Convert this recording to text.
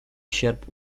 sierp